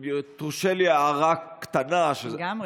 אם תורשה לי הערה קטנה, לגמרי.